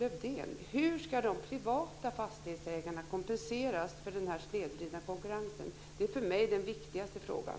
Lövdén: Hur ska de privata fastighetsägarna kompenseras för den här snedvridna konkurrensen? Det är för mig den viktigaste frågan.